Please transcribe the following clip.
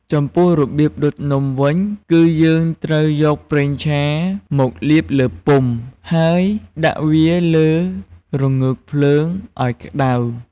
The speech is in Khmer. ចំពោះរបៀបដុតនំវិញ គឺយើងត្រូវយកប្រេងឆាមកលាបលើពុម្ព ហើយដាក់វាលើរងើកភ្លើងអោយក្តៅ។